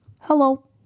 hello